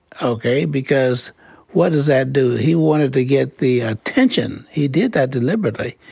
okay? because what does that do? he wanted to get the attention. he did that deliberately.